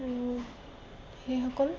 আৰু সেইসকল